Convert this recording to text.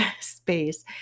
space